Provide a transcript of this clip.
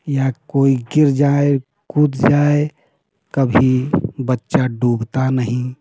या कोई गिर जाए कूद जाए कभी बच्चा डूबता नहीं